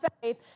faith